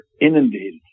inundated